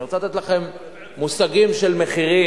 אני רוצה לתת לכם מושגים של מחירים,